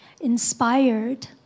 Inspired